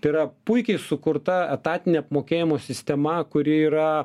tai yra puikiai sukurta etatinė apmokėjimo sistema kuri yra